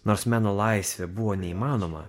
nors meno laisvė buvo neįmanoma